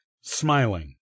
smiling